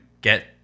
get